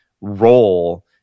role